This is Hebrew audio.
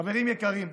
חברים יקרים,